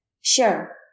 Sure